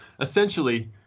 essentially